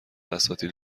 اساتید